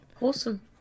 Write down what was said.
awesome